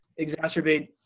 exacerbate